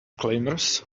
disclaimers